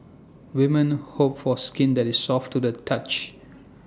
women hope for skin that is soft to the touch